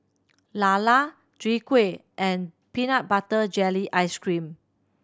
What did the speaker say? lala Chwee Kueh and peanut butter jelly ice cream